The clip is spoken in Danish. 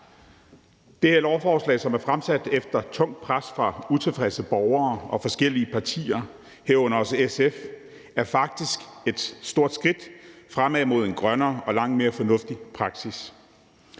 Det her lovforslag, som er fremsat efter tungt pres fra utilfredse borgere og forskellige partier, herunder også SF, er faktisk et stort skridt fremad mod en grønnere og langt mere fornuftig praksis,